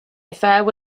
affair